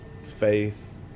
Faith